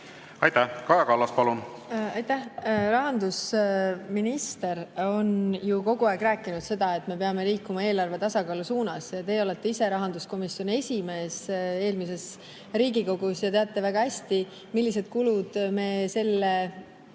Aitäh! Kaja Kallas, palun! Aitäh! Rahandusminister on ju kogu aeg rääkinud seda, et me peame liikuma eelarve tasakaalu suunas. Teie olite ise rahanduskomisjoni esimees eelmises Riigikogus ja teate väga hästi, millised kulud me selle